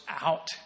out